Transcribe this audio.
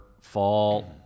fall